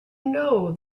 know